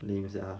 你家